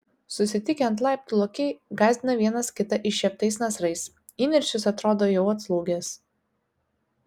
susitikę ant laiptų lokiai gąsdina vienas kitą iššieptais nasrais įniršis atrodo jau atslūgęs